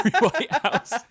Whitehouse